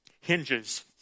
hinges